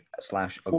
slash